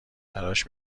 براش